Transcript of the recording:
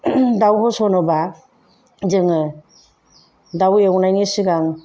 दाउ होसनोब्ला जोङो दाउ एवनायनि सिगां